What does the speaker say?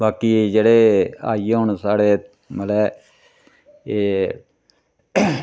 बाकी जेह्ड़े आई गे हून साढ़े मतलब एह्